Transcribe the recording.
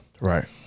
Right